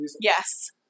yes